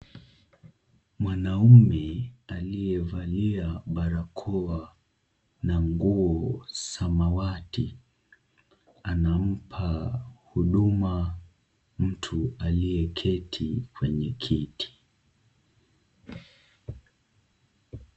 Mwanamume aliyevalia barakoa na nguo samawati anampa huduma mtu aliyeketi kwenye kiti.